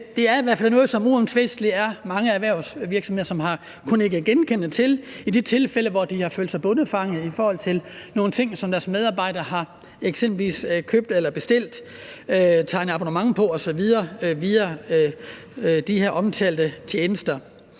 er – er det uomtvisteligt noget, som mange erhvervsvirksomheder har kunnet nikket genkendende til. Det er i de tilfælde, hvor de har følt sig bondefanget i forhold til nogle ting, som deres medarbejdere har købt eller bestilt, tegnet abonnement på osv. via de her omtalte tjenester.